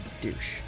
douche